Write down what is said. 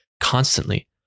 constantly